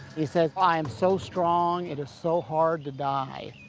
he said, i am so strong. it is so hard to die.